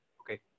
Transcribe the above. Okay